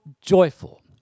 joyful